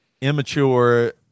immature